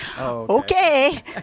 okay